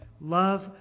Love